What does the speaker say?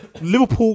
Liverpool